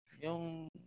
Yung